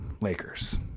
Lakers